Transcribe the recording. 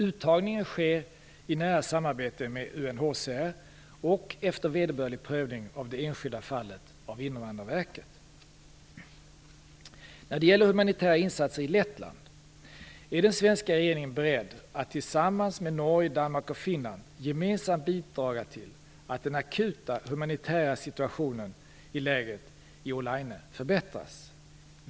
Uttagningen sker i nära samarbete med UNHCR och efter vederbörlig prövning av det enskilda fallet av När det sedan gäller humanitära insatser i Lettland är den svenska regeringen beredd att tillsammans med Norge, Danmark och Finland gemensamt bidra till att den akuta humanitära situationen i lägret i Olaine förbättras.